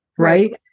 Right